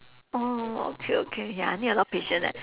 oh okay okay ya need a lot patience eh